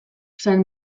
san